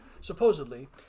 Supposedly